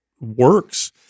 works